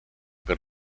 per